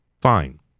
Fine